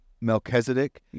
Melchizedek